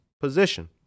position